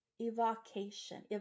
evocation